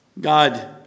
God